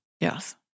Yes